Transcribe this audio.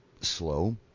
slow